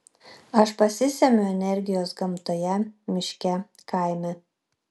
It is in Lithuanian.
aš pasisemiu energijos gamtoje miške kaime